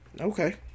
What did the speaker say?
Okay